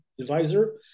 advisor